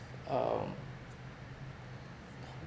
um